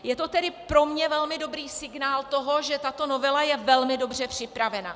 Je to tedy pro mě velmi dobrý signál toho, že tato novela je velmi dobře připravena.